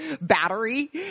battery